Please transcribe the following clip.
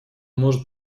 может